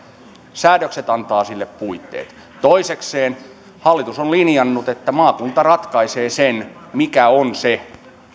säädökset antavat sille puitteet hallitus on linjannut että maakunta ratkaisee sen mikä on se